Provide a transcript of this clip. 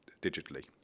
digitally